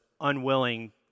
unwilling